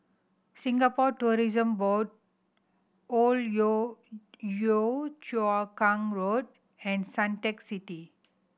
Singapore Tourism Board Old Yio Yio Chu Kang Road and Suntec City